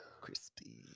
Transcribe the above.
crispy